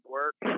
work